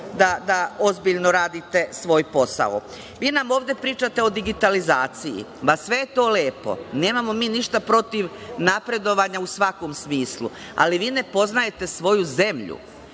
da ozbiljno radite svoj posao. Vi nam ovde pričate o digitalizaciji. Sve je to lepo, nemamo mi ništa protiv napredovanja u svakom smislu, ali vi ne poznajete svoju zemlju.